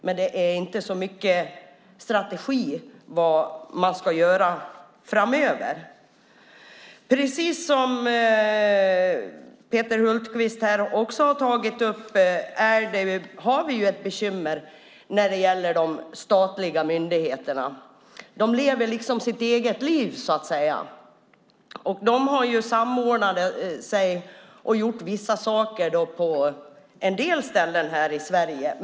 Men det är inte så mycket strategi för vad man ska göra framöver. Precis som Peter Hultqvist har tagit upp har vi ett bekymmer när det gäller de statliga myndigheterna. De lever sitt eget liv, så att säga. De har samordnat sig och gjort vissa saker på en del ställen här i Sverige.